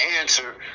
answer